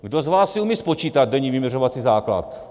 Kdo z vás si umí spočítat denní vyměřovací základ?